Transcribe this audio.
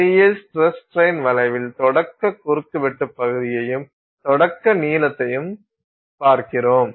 பொறியியல் stress strain வளைவில் தொடக்க குறுக்கு வெட்டு பகுதியையும் தொடக்க நீளத்தையும் பார்க்கிறோம்